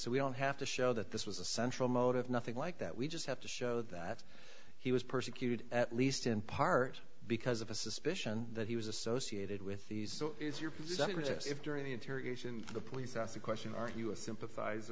so we don't have to show that this was essential a motive nothing like that we just have to show that he was persecuted at least in part because of a suspicion that he was associated with these so if you're not rich if during the interrogation the police ask the question are you a sympathize